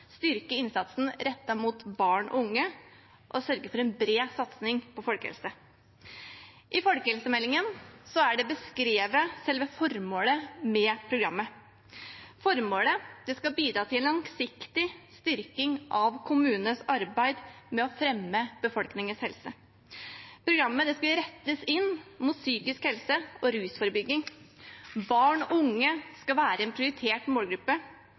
styrke innsatsen rettet mot barn og unge og sørge for en bred satsing på folkehelse. I folkehelsemeldingen er det beskrevet selve formålet med programmet. Formålet er å bidra til «en langsiktig styrking av kommunenes arbeid med å fremme befolkningens helse». Programmet skulle rettes inn mot psykisk helse og rusforebygging. Barn og unge skal være en prioritert målgruppe.